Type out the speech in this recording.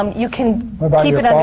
um you can keep it under